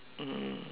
mm